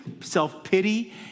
self-pity